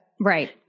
Right